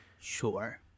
Sure